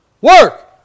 work